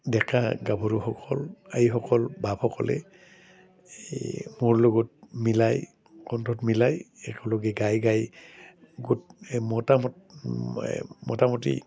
ডেকা গাভৰুসকল আইসকল বাপসকলে এই মোৰ লগত মিলাই কণ্ঠত মিলাই একেলগে গাই গাই গোট এই মোটামট এই মোটামুটি